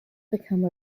become